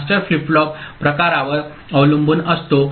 आणि master flip flop प्रकारावर अवलंबून असतो